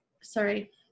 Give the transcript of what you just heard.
sorry